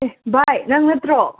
ꯚꯥꯏ ꯅꯪ ꯅꯠꯇ꯭ꯔꯣ